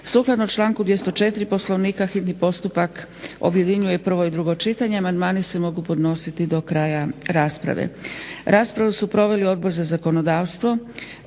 skladu sa člankom 204. Poslovnika hitni postupak objedinjuje prvo i drugo čitanje. Amandmani se mogu podnositi do kraja rasprave. Raspravu su proveli Odbor za zakonodavstvo,